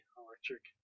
electric